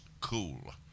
cool